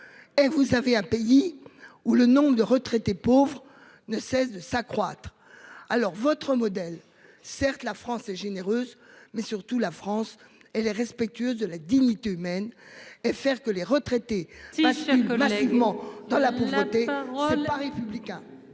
Et vous avez un pays où le nombre de retraités pauvres ne cesse de s'accroître. Alors votre modèle. Certes, la France est généreuse, mais surtout la France elle est respectueuse de la dignité humaine et faire que les retraités. Moi je suis un peu l'allégement de la pauvreté parole pas républicain.